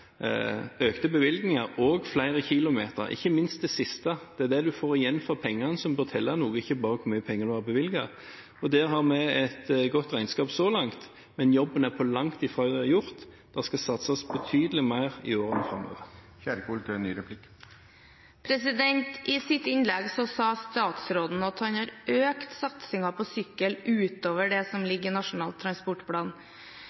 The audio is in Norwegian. økte bevilgninger og flere kilometer, ikke minst det siste – det er det en får igjen for pengene, som forteller noe, ikke bare hvor mye penger en har bevilget. Der har vi et godt regnskap så langt, men jobben er langt ifra gjort. Det skal satses betydelig mer i årene framover. I sitt innlegg sa statsråden at han har økt satsingen på sykkel utover det som ligger i Nasjonal transportplan.